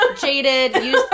Jaded